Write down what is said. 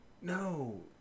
No